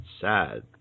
sad